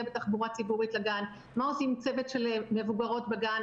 בתחבורה ציבורית לגן; מה עושים צוות של מבוגרות בגן,